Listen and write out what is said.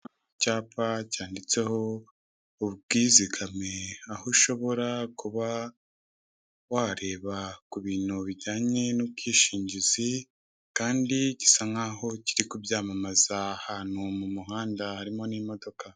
Icyapa cyanditseho ubwizigame, aho ushobora kuba wareba ku bintu bijyanye n'ubwishingizi, kandi gisa nk'aho kiri kubyamamaza ahantu mu muhanda, harimo n'imodoka.